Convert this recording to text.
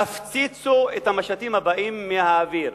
תפציצו את המשטים הבאים מהאוויר.